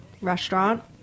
restaurant